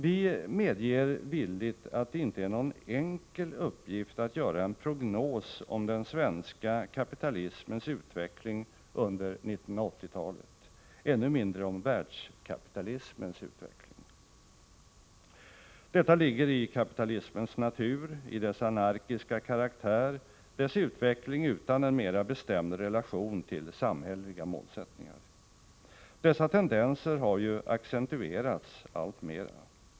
Vi medger villigt att det inte är någon enkel uppgift att göra en prognos om den svenska kapitalismens utveckling under 1980-talet; ännu mindre om världskapitalismens utveckling. Detta ligger i kapitalismens natur — i dess anarkiska karaktär, dess utveckling utan en mera bestämd relation till samhälleliga målsättningar. Dessa tendenser har ju accentuerats alltmera.